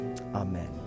Amen